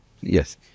Yes